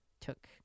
took